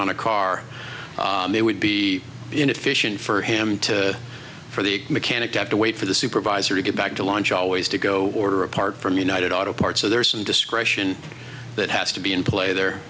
on a car they would be inefficient for him to for the mechanic to have to wait for the supervisor to get back to launch always to go order apart from united auto parts so there is some discretion that has to be in play there